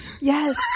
Yes